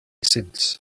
since